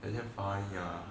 and then funny ah